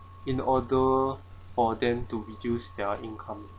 in order for them to reduce their income